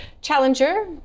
Challenger